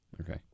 Okay